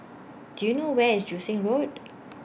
Do YOU know Where IS Joo Seng Road